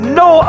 no